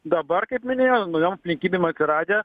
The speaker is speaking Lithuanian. dabar kaip minėjau naujom aplinkybėm atsiradę